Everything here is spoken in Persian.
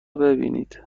ببینید